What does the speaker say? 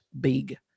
big